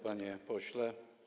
Panie Pośle!